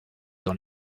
dans